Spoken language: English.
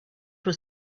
was